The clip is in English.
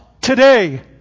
today